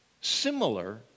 similar